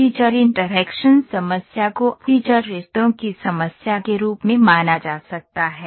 feature interaction समस्या को feature रिश्तों की समस्या के रूप में माना जा सकता है